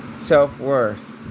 self-worth